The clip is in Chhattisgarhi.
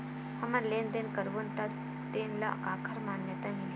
हमन लेन देन करबो त तेन ल काखर मान्यता मिलही?